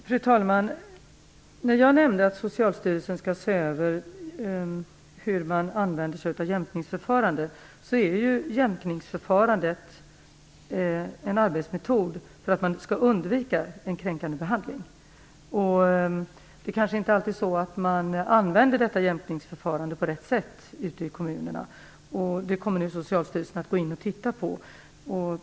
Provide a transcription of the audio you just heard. Fru talman! Som jag nämnde skall Socialstyrelsen se över hur man använder jämkningsförfarandet. Detta förfarande är ju en arbetsmetod för att kunna undvika en kränkande behandling. Man kanske inte alltid använder jämkningsförfarandet på rätt sätt ute i kommunerna, men det kommer nu Socialstyrelsen att gå in och titta på.